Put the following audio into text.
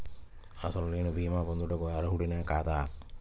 అసలు నేను భీమా పొందుటకు అర్హుడన కాదా?